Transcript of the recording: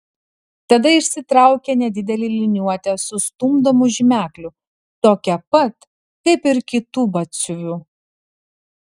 tada išsitraukė nedidelę liniuotę su stumdomu žymekliu tokią pat kaip ir kitų batsiuvių